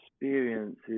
experiences